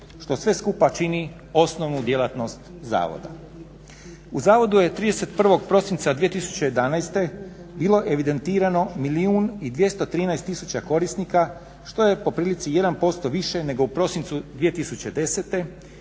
što sve skupa čini osnovnu djelatnost zavoda. U zavodu je 31.prosinca 2011.bilo evidentirano milijun i 213 tisuća korisnika što je poprilici 1% više nego u prosincu 2010.i